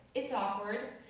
it's awkward.